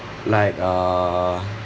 like uh